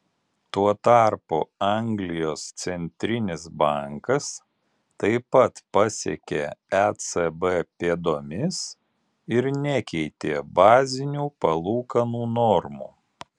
tuo tarpu anglijos centrinis bankas taip pat pasekė ecb pėdomis ir nekeitė bazinių palūkanų normų